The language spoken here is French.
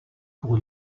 pour